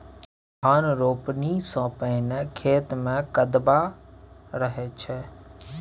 धान रोपणी सँ पहिने खेत मे कदबा रहै छै